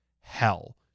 hell